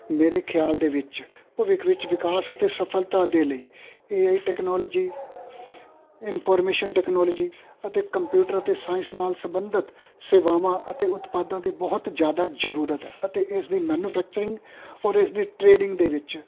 ਮੇਰੇ ਖਿਆਲ ਦੇ ਵਿੱਚ ਭਵਿੱਖ ਵਿੱਚ ਵਿਕਾਸ ਅਤੇ ਸਫ਼ਲਤਾ ਦੇ ਲਈ A I technology information technology ਅਤੇ ਕੰਪਿਊਟਰ ਅਤੇ ਸਾਇੰਸ ਨਾਲ ਸੰਬੰਧਿਤ ਸੇਵਾਵਾਂ ਅਤੇ ਉਤਪਾਦਾਂ ਦੇ ਬਹੁਤ ਜ਼ਿਆਦਾ ਜ਼ਰੂਰਤ ਅਤੇ ਇਸ ਦੀ ਮੈਨਫੈਕਚਰਿੰਗ ਔਰ ਇਸਦੀ ਟ੍ਰੇਡਿੰਗ ਦੇ ਵਿੱਚ